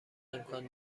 امکان